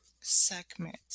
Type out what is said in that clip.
Segment